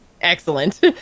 excellent